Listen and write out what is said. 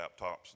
laptops